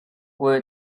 where